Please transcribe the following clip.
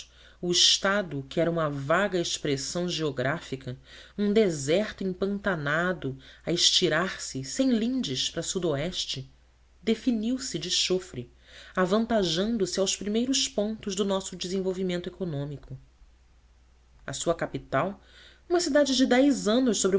o estado que era uma vaga expressão geográfica um deserto empantanado a estirar-se sem lindes para sudoeste definiu se de chofre avantajando se aos primeiros pontos do nosso desenvolvimento econômico a sua capital uma cidade de dez anos sobre